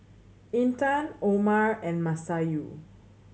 Intan Omar and Masayu